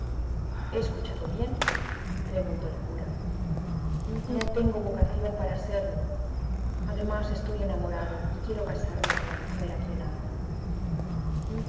he escuchado bien preguntó el cura no tengo vocación para serlo además estoy enamorado y quiero casarme con la mujer a quien amo